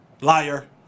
Liar